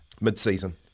mid-season